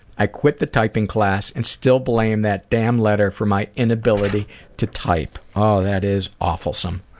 i quit the typing class and still blame that damn letter for my inability to type. oh, that is awfulsome,